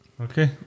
Okay